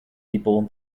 people